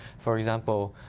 for example,